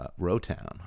Rotown